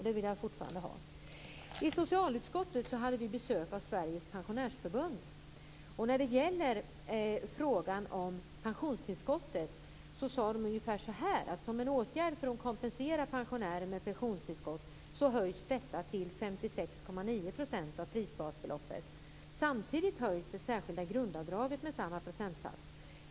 Det vill jag fortfarande ha svar på. I socialutskottet hade vi besök av Sveriges Pensionärsförbund. När det gäller frågan om pensionstillskottet sade de ungefär så här: Som en åtgärd för att kompensera pensionärer med pensionstillskott höjs detta till 56,9 % av prisbasbeloppet. Samtidigt höjs det särskilda grundavdraget med samma procentsats.